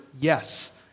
Yes